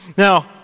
Now